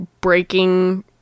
breaking